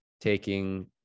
taking